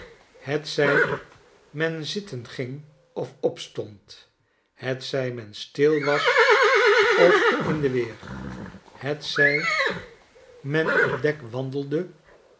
hetzy men zitten ging of opstond hetzij men stil was of in de weer hetzij men